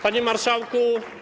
Panie Marszałku!